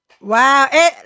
Wow